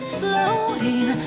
floating